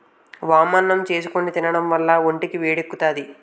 వామన్నం చేసుకుని తినడం వల్ల ఒంటికి వేడెక్కుతాది